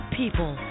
people